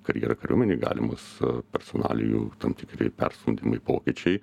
karjerą kariuomenėj galima su personalijų tam tikri perstumdymai pokyčiai